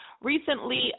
Recently